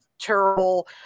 terrible